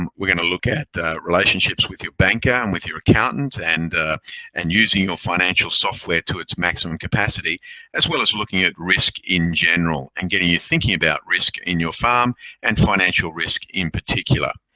um we're going to look at relationships with your banker and with your accountant and and using your financial software to its maximum capacity as well as looking at risk in general and getting you thinking about risk in your farm and financial risk in particular.